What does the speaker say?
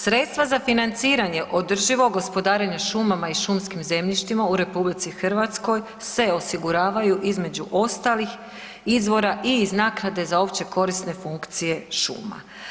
Sredstva za financiranje održivog gospodarenja šumama i šumskim zemljištima u RH se osiguravaju između ostalih izvora i iz naknade za općekorisne funkcije šuma.